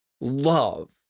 love